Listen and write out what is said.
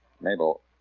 Mabel